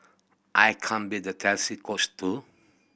I can be the Chelsea Coach too